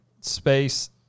space